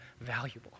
valuable